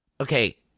Okay